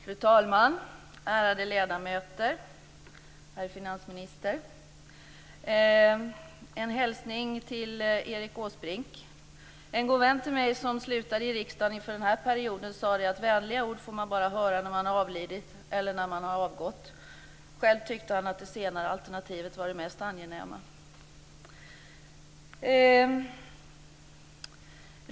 Fru talman! Ärade ledamöter! Herr finansminister! En hälsning till Erik Åsbrink. En god vän till mig som slutade i riksdagen inför den här perioden sade att vänliga ord får man bara höra när man har avlidit eller när man har avgått. Själv tyckte han att den senare alternativet var det mest angenäma.